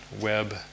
web